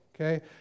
okay